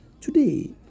Today